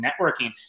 networking